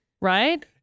Right